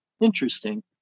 interesting